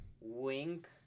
Wink